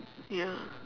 ya